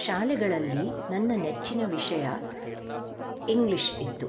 ಶಾಲೆಗಳಲ್ಲಿ ನನ್ನ ನೆಚ್ಚಿನ ವಿಷಯ ಇಂಗ್ಲೀಷ್ ಇತ್ತು